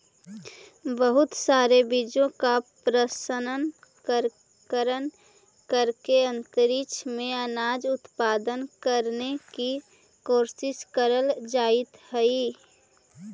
बहुत सारे बीजों का प्रशन करण करके अंतरिक्ष में अनाज उत्पादन करने की कोशिश करल जाइत हई